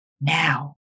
Now